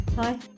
Hi